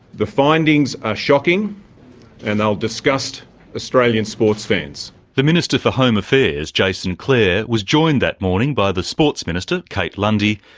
the findings are shocking and they'll disgust australian sports fans. the minister for home affairs, jason clare, was joined that morning by the sports minister kate lundy,